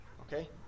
Okay